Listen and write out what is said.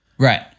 Right